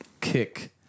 kick